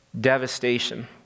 Devastation